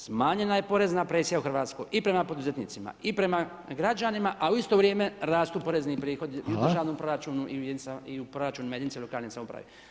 Smanjena je porezna presija u Hrvatskoj i prema poduzetnicima i prema građanima a u isto vrijeme rastu porezni prihodi i u državnom proračunu i u proračunu jedinicama lokalne samouprave.